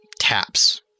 taps